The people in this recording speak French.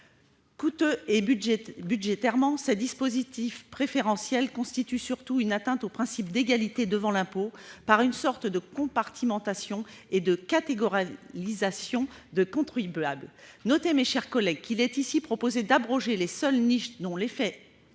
Coûteux budgétairement, ces dispositifs préférentiels constituent surtout une atteinte au principe d'égalité devant l'impôt, par une sorte de compartimentation et de « catégorialisation » des contribuables. Notez, mes chers collègues, qu'il est ici proposé d'abroger les seules niches dont l'effet